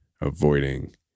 avoiding